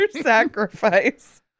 sacrifice